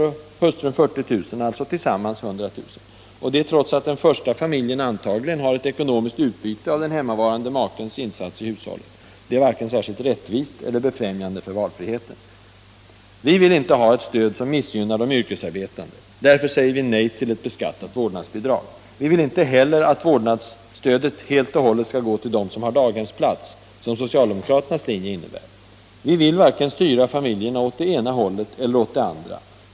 och hustrun 40 000 kr., alltså tillsammans 100 000 kr. Detta trots att den första familjen antagligen har ett ekonomiskt utbyte av den hemmavarande makens insats i hushållet. Det är varken särskilt rättvist eller befrämjande för valfriheten. Vi vill inte ha ett stöd som missgynnar de yrkesarbetande, därför säger vi nej till ett beskattat vårdnadsbidrag. Vi vill inte heller att vårdnadsstödet helt och hållet skall gå till dem som har daghemsplats, vilket socialdemokraternas linje innebär. Vi vill varken styra familjerna åt det ena hållet eller åt det andra.